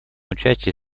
участие